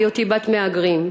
היותי בת מהגרים,